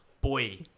Boy